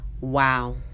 wow